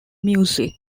music